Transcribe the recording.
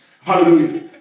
Hallelujah